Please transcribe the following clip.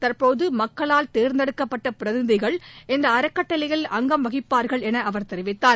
தற்போது மக்களால் தேர்ந்தெடுக்கப்பட்ட பிரதிநிதிகள் இந்த அறக்கட்டளையில் அங்கம் வகிப்பார்கள் என அவர் தெரிவித்தார்